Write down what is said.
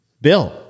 Bill